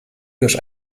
durch